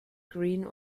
green